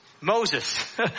Moses